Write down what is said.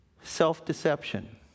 Self-deception